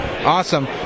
Awesome